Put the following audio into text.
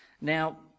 Now